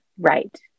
Right